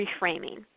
reframing